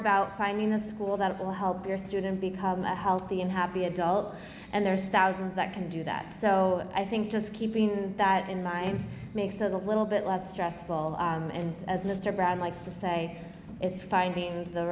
about finding the school that will help your student become healthy and happy adult and there's thousands that can do that so i think just keeping that in mind makes it a little bit less stressful and as mr brown likes to say it's finding the